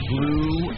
Blue